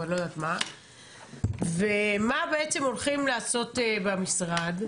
מה בעצם הולכים לעשות במשרד?